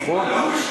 נכון?